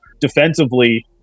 defensively